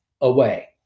away